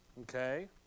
Okay